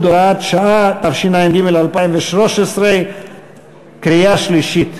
2 לסעיף 1, קבוצת חד"ש,